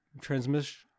transmission